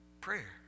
Prayer